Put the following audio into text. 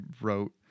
wrote